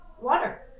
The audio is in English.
water